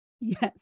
Yes